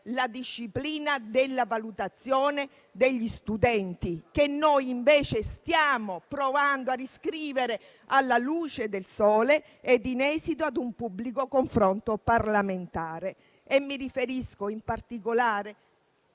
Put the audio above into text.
la disciplina della valutazione degli studenti, che noi invece stiamo provando a riscrivere alla luce del sole ed in esito ad un pubblico confronto parlamentare. Mi riferisco in particolare